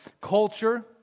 culture